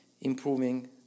improving